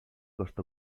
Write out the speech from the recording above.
cost